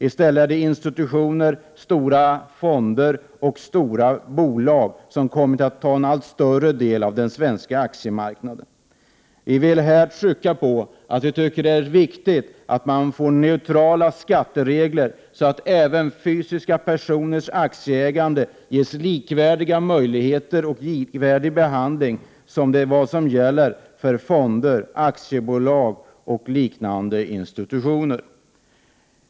I stället är det institutioner, stora fonder och stora bolag som har kommit att ta över en allt större del av den svenska aktiemarknaden. Vi vill här trycka på att vi tycker att det är viktigt att man får neutrala skatteregler så att även fysiska personers aktieägande får samma möjligheter och samma behandling som fonder, aktiebolag och liknande institutioner.